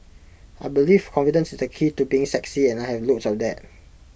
I believe confidence is the key to being sexy and I have loads of that